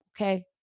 okay